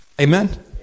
Amen